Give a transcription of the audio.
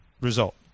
result